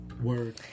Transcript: Word